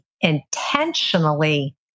intentionally